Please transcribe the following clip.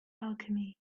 alchemy